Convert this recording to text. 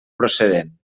procedent